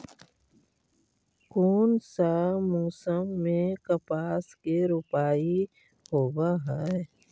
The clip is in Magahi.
कोन सा मोसम मे कपास के रोपाई होबहय?